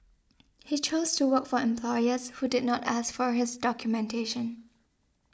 he chose to work for employers who did not ask for his documentation